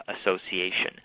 Association